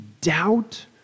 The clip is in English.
doubt